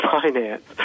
Finance